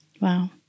Wow